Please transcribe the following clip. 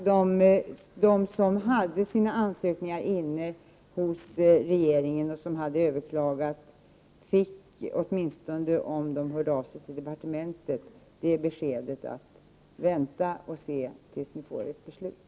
De som hade sina ansökningar inne hos regeringen och överklagade fick som sagt, åtminstone om de hörde av sig till departementet, beskedet att de skulle avvakta beslut i sina ärenden.